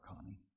Connie